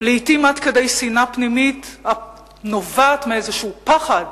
לעתים עד כדי שנאה פנימית הנובעת מאיזה פחד